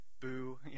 Boo